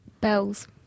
Bells